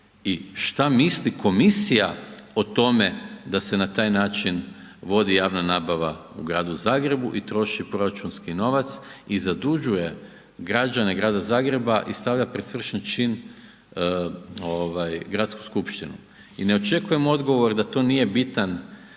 šta misli komisija o tome da se na taj način vodi javna nabava u Gradu Zagrebu i troši proračunski novac i zadužuje građane Grada Zagreba i stavlja pred svršen čin ovaj gradsku skupštinu. I ne očekujem odgovor da to nije bitan